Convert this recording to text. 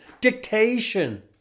Dictation